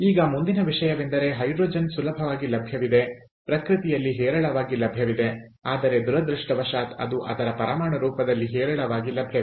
ಈಗ ಮುಂದಿನ ವಿಷಯವೆಂದರೆ ಹೈಡ್ರೋಜನ್ ಸುಲಭವಾಗಿ ಲಭ್ಯವಿದೆ ಪ್ರಕೃತಿಯಲ್ಲಿ ಹೇರಳವಾಗಿ ಲಭ್ಯವಿದೆ ಆದರೆ ದುರದೃಷ್ಟವಶಾತ್ ಅದು ಅದರ ಪರಮಾಣು ರೂಪದಲ್ಲಿ ಹೇರಳವಾಗಿ ಲಭ್ಯವಿಲ್ಲ